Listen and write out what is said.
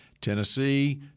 tennessee